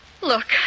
Look